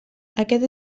aquest